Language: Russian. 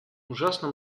ужасно